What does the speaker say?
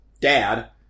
dad